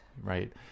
Right